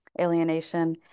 alienation